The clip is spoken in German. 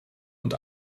und